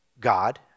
God